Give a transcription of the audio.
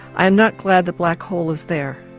i'm not glad the black hole is there,